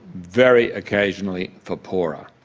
very occasionally for poorer,